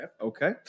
Okay